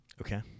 Okay